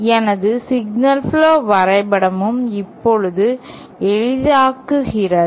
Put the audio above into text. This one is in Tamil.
எனது சிக்னல் புளோ வரைபடமும் இப்போது எளிதாக்குகிறது